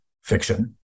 fiction